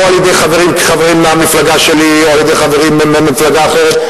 או על-ידי חברים מהמפלגה שלי או על-ידי חברים ממפלגה אחרת.